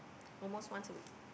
almost once a week